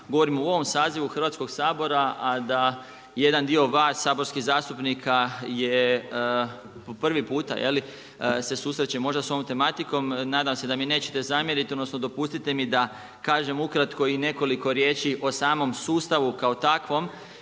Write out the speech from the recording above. govorimo u ovom sazivu Hrvatskoga sabora a da jedan dio vas saborskih zastupnika je po prvi puta je li, se susrećemo, možda sa ovom tematikom, nadam se da mi neće zamjeriti, odnosno dopustite mi da kažem ukratko i nekoliko riječi o samom sustavu kao takvom